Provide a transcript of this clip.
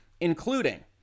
including